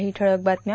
काही ठळक बातम्या